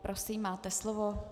Prosím, máte slovo.